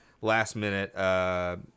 last-minute